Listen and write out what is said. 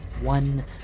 One